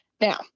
now